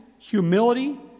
humility